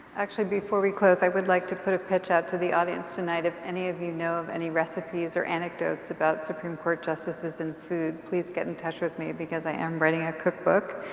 actually before we close i would like to put a pitch out to the audience tonight if any of you know of any recipes or anecdotes about supreme court justices and food please get in touch with me because i am writing a cook book.